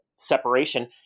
Separation